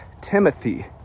Timothy